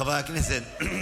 חברי הכנסת.